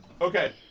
okay